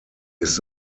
ist